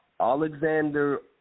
Alexander